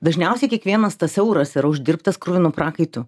dažniausiai kiekvienas tas euras yra uždirbtas kruvinu prakaitu